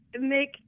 make